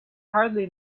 hardly